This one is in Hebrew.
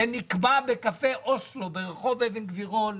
זה נקבע בקפה אוסלו ברחוב אבן גבירול,